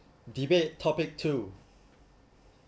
debate topic two